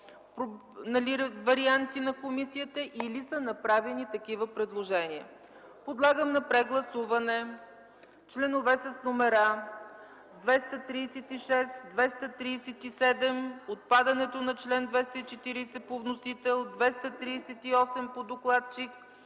варианти на комисията, или са направени такива предложения. Подлагам на прегласуване чл. 236, чл. 237, отпадането на чл. 240 по вносител, чл. 238 по докладчик